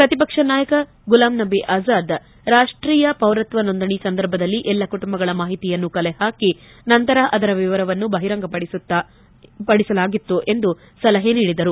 ಪ್ರತಿಪಕ್ಷ ನಾಯಕ ಗುಲಾಂನಬಿ ಆಜಾದ್ ರಾಷ್ಷೀಯ ಪೌರತ್ವ ನೋಂದಣಿ ಸಂದರ್ಭದಲ್ಲಿ ಎಲ್ಲ ಕುಟುಂಬಗಳ ಮಾಹಿತಿಯನ್ನು ಕಲೆ ಹಾಕಿ ನಂತರ ಅದರ ವಿವರವನ್ನು ಬಹಿರಂಗಪಡಿಸಬೇಕಾಗಿತ್ತು ಎಂದು ಸಲಹೆ ನೀಡಿದರು